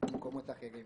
למקומות אחרים.